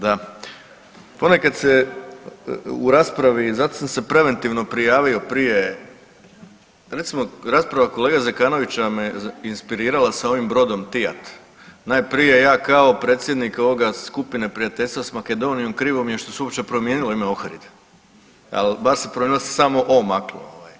Da, ponekad se u raspravi zato sam se preventivno prijavio prije, recimo rasprava kolege Zekanovića me inspirirala sa ovim brodom Tijat, najprije ja kao predsjednik Skupine prijateljstva s Makedonijom krivo mi je što se uopće promijenilo ime Ohrid, ali bar se prenosi samo O maklo.